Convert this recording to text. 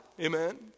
amen